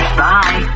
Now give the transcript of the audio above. bye